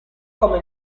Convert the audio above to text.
come